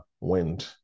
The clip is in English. wind